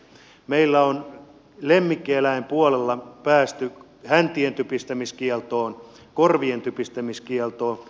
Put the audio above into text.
meillä on lemmikkieläinpuolella päästy häntien typistämiskieltoon korvien typistämiskieltoon